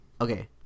Okay